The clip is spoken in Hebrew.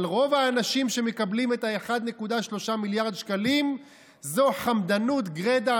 אבל רוב האנשים שמקבלים את ה-1.3 מיליארד שקלים זו חמדנות גרידא,